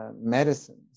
medicines